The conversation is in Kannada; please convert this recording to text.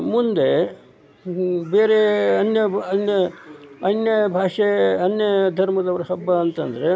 ಮುಂದೆ ಬೇರೆ ಅನ್ಯ ಅನ್ಯ ಅನ್ಯ ಭಾಷೆ ಅನ್ಯ ಧರ್ಮದವರ ಹಬ್ಬ ಅಂತ ಅಂದ್ರೆ